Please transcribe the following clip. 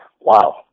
wow